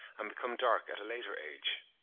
and become dark at a later age.